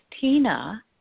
Tina